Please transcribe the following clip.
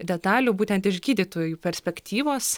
detalių būtent iš gydytojų perspektyvos